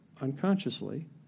unconsciously